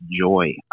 joy